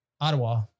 Ottawa